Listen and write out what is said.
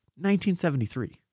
1973